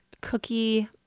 cookie